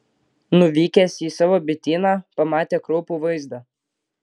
nuvykęs į savo bityną pamatė kraupų vaizdą